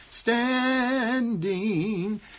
Standing